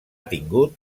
tingut